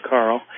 Carl